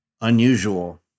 unusual